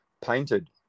painted